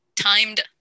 timed